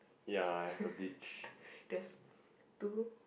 there's two